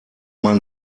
man